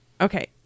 okay